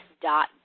dot